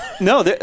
No